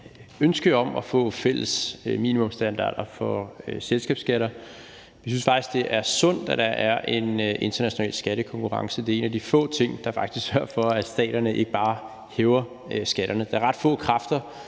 ønske om at få fælles minimumsstandarder for selskabsskat. Vi synes faktisk, det er sundt, at der er en international skattekonkurrence. Det er en af de få ting, der faktisk sørger for, at staterne ikke bare hæver skatterne. Der er ret få kræfter,